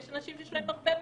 יש אנשים שיש להם הרבה מגעים.